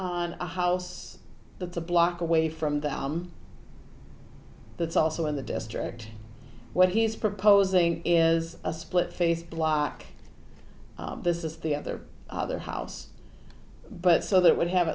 on a house that's a block away from the that's also in the district what he's proposing is a split face block this is the other other house but so that would have